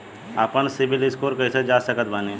आपन सीबील स्कोर कैसे जांच सकत बानी?